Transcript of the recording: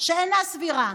שאינה סבירה,